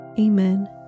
Amen